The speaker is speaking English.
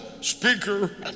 speaker